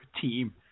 team